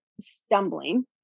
stumbling